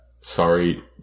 Sorry